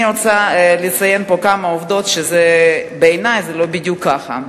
אני רוצה לציין פה כמה עובדות כדי לומר שבעיני זה לא בדיוק כך.